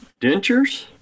Dentures